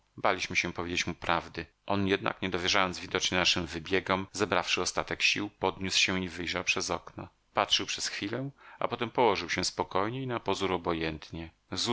baliśmy się powiedzieć mu prawdy on jednak nie dowierzając widocznie naszym wybiegom zebrawszy ostatek sił podniósł się i wyjrzał przez okno patrzył przez chwilę a potem położył się spokojnie i na pozór obojętnie z